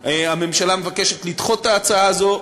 הממשלה מבקשת לדחות את ההצעה הזו.